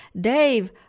Dave